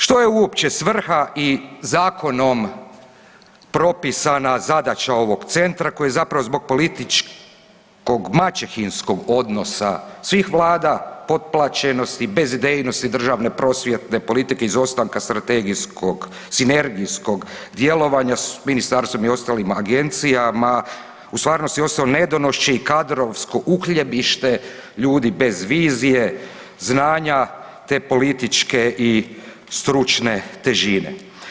Što je uopće svrha i zakonom propisana zadaća ovog centra koji zapravo zbog političkog maćehinskog odnosa svih vlada potplaćenosti, bezidejnosti državne prosvjetne politike, izostanka strategijskog sinergijskog djelovanja s ministarstvom i ostalim agencijama u stvarnosti ostao nedonošče i kadrovsko uhljebište ljudi bez vizije, znanja te političke i stručne težine.